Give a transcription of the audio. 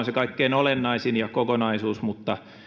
se kaikkein olennaisin mutta